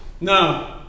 no